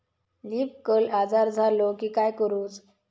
Leaf curl आजार झालो की काय करूच?